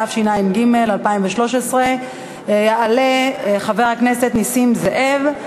התשע"ג 2013. יעלה חבר הכנסת נסים זאב.